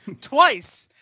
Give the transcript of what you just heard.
Twice